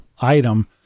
item